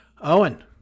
Owen